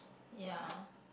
ya